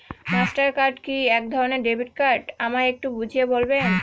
Master card কি একধরণের debit card আমায় একটু বুঝিয়ে বলবেন?